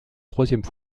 troisième